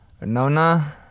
Nona